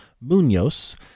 Munoz